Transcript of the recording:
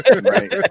Right